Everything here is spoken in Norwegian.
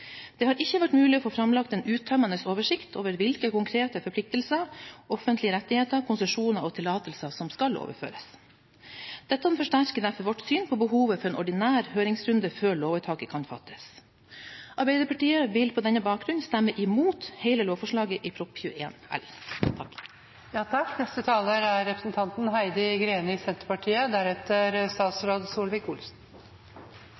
Det har ikke vært mulig å få framlagt en uttømmende oversikt over hvilke konkrete forpliktelser, offentlige rettigheter, konsesjoner og tillatelser som skal overføres. Dette forsterker vårt syn på behovet for en ordinær høringsrunde før lovvedtaket kan fattes. Arbeiderpartiet vil på denne bakgrunnen stemme imot hele lovforslaget i Prop.